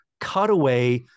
cutaway